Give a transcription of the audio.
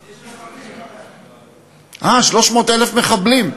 יש מחבלים, אה, 300,000 מחבלים?